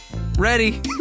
Ready